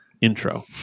intro